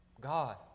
God